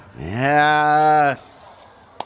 Yes